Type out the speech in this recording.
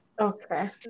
Okay